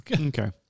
Okay